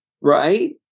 right